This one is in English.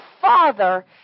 Father